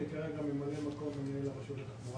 אני ממלא-מקום מנהל הרשות הארצית לתחבורה